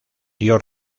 dio